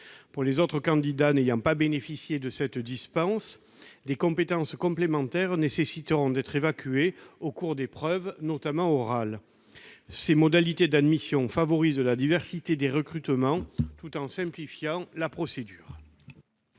Pour les autres candidats n'ayant pas bénéficié de cette dispense, des compétences complémentaires devront être évaluées au cours d'épreuves, notamment orales. Ces modalités d'admission favoriseraient la diversité des recrutements, tout en simplifiant la procédure.